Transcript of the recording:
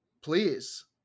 please